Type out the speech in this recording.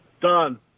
Done